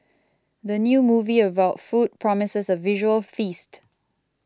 the new movie about food promises a visual feast